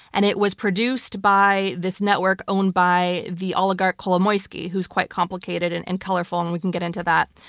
and it was produced by this network owned by the oligarch kolomoyskyi, who is quite complicated and and colorful and we can get into that.